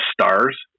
Stars